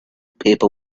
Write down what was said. people